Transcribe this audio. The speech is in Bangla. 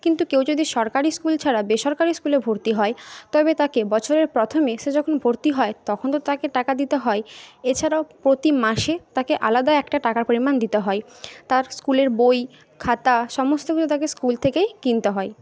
কিন্তু কেউ যদি সরকারি স্কুল ছাড়া বেসরকারি স্কুলে ভর্তি হয় তবে তাকে বছরের প্রথমে সে যখন ভর্তি হয় তখন তো তাকে টাকা দিতে হয় এছাড়াও প্রতি মাসে তাকে আলাদা একটা টাকার পরিমাণ দিতে হয় তার স্কুলের বই খাতা সমস্ত কিছু তাকে স্কুল থেকেই কিনতে হয়